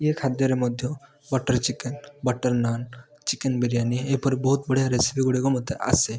ଇଏ ଖାଦ୍ୟରେ ମଧ୍ୟ butter chicken butter naan chicken biryani ଏହିପରି ଏହିପରି ବହୁତ ବଢ଼ିଆ ରେସିପି ଗୁଡ଼ିକ ମୋତେ ଆସେ